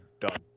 done